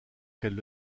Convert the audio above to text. qu’elle